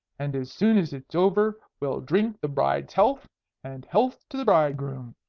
and as soon as it's over we'll drink the bride's health and health to the bridegroom.